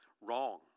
Wrong